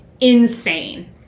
insane